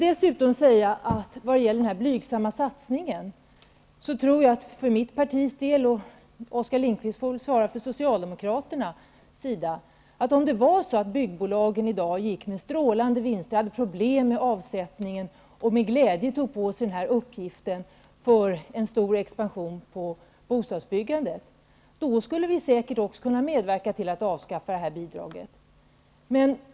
När det gäller den här blygsamma satsningen -- jag talar för mitt partis del, och Oskar Lindkvist får väl svara för socialdemokraterna -- tror jag att om byggbolagen i dag skulle gå med strålande vinster, ha problem med avsättningen och med glädje skulle ta på sig den här uppgiften för en stor expansion på bostadsbyggandets område, skulle vi säkert också kunna medverka till att avskaffa bidraget.